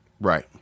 Right